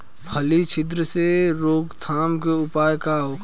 फली छिद्र से रोकथाम के उपाय का होखे?